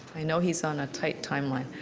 i know he's on a tight time line.